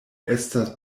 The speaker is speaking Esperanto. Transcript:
estas